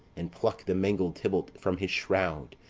and pluck the mangled tybalt from his shroud,